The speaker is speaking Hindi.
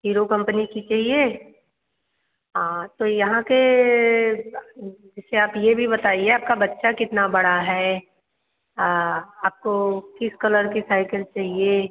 हीरो कम्पनी की चाहिए हाँ तो यहाँ के जैसे आप ये भी बताइए आपका बच्चा कितना बड़ा है आपको किस कलर की साइकिल चाहिए